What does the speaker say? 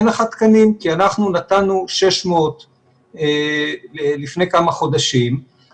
אין לך תקנים כי נתנו 600 לפני כמה חודשים,